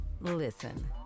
listen